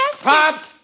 Pops